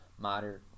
modern